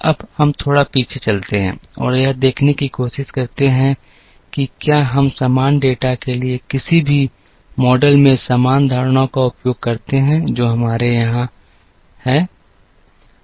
अब हम थोड़ा पीछे चलते हैं और यह देखने की कोशिश करते हैं कि क्या हम समान डेटा के लिए किसी भी मॉडल में समान धारणाओं का उपयोग करते हैं जो हमारे यहां है